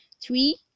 three